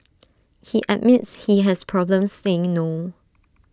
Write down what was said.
he admits he has problems saying no